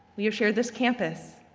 we have shared this campus,